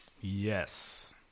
Yes